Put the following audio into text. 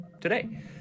today